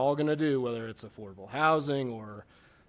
all going to do whether it's affordable housing or